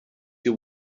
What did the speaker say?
you